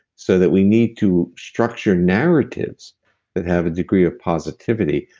so that we need to structure narratives that have a degree of positivity,